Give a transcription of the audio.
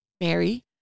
Mary